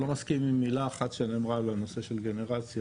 אני לא מסכים עם מילה אחת שנאמרה על הנושא של גנרציה,